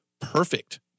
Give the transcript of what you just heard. perfect